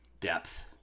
depth